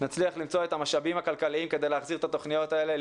נצליח למצוא את המשאבים הכלכליים כדי להחזיר את התוכניות האלה.